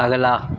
ਅਗਲਾ